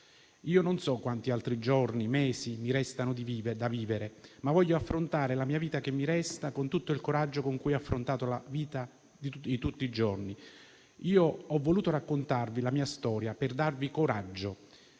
Io non so quanti altri giorni o mesi mi restano da vivere, ma voglio affrontare la vita che mi resta con tutto il coraggio con cui ho affrontato la vita di tutti i giorni. Ho voluto raccontarvi la mia storia per darvi coraggio,